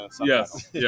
yes